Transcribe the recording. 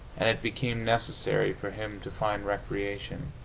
and it became necessary for him to find recreation,